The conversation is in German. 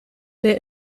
der